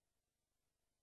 אני